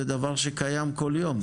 זה דבר שקיים כל יום.